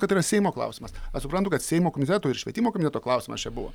kad yra seimo klausimas aš suprantu kad seimo komitetų ir švietimo komiteto klausimas čia buvo